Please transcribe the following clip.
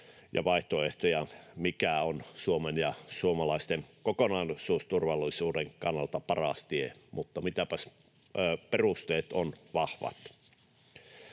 ja vaihtoehtoja, mikä on Suomen ja suomalaisten kokonaisuusturvallisuuden kannalta paras tie, mutta perusteet ovat vahvat.